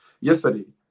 yesterday